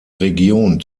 region